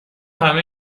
همهی